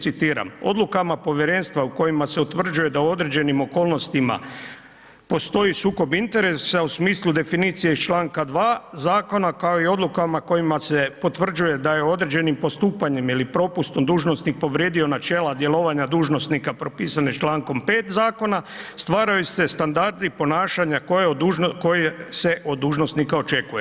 Citiram: Odlukama povjerenstva u kojima se utvrđuje da u određenim okolnostima postoji sukob interesa u smislu definicije iz Članka 2. zakona kao i odlukama kojima se potvrđuje da je određenim postupanjem ili propustom dužnosnik povrijedio načela djelovanja dužnosnika propisane Člankom 5. zakona stvaraju se standardi ponašanja koje se od dužnosnika očekuje.